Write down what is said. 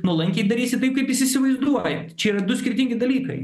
nuolankiai darysit taip kaip įsivaizduoja čia ir du skirtingi dalykai